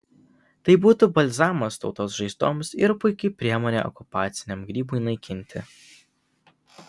tai būtų balzamas tautos žaizdoms ir puiki priemonė okupaciniam grybui naikinti